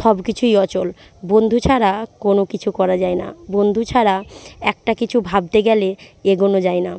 সবকিছুই অচল বন্ধু ছাড়া কোনো কিছু করা যায় না বন্ধু ছাড়া একটা কিছু ভাবতে গেলে এগোনো যায় না